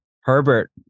Herbert